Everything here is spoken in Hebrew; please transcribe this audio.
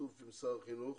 בשיתוף עם שר החינוך,